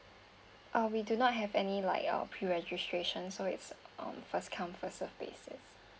uh we do not have any like uh pre-registration so it's um first come first serve basis